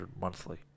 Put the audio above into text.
monthly